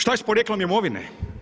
Šta je s porijeklom imovine?